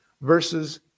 versus